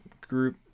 group